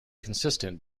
consistent